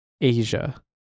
Asia